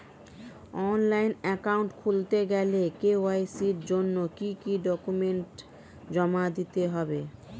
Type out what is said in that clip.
Online account খুলতে গেলে KYC জন্য কি কি ডকুমেন্ট জমা দিতে হবে?